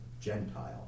Gentile